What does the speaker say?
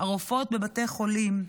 הרופאות בבתי החולים,